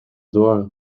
door